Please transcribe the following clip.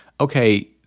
okay